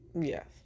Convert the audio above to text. Yes